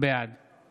בעד